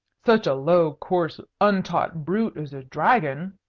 such a low, coarse, untaught brute as a dragon,